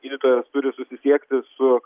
gydytojas turi susisiekti su